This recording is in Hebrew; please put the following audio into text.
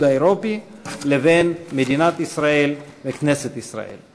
האירופי לבין מדינת ישראל וכנסת ישראל.